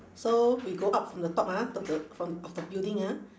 so we go up from the top ah top the from of the building ah